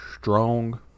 strong